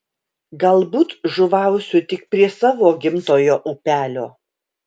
galbūt žuvausiu tik prie savo gimtojo upelio